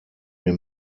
wir